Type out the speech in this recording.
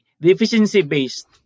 deficiency-based